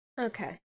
Okay